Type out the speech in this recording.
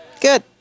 good